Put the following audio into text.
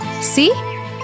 See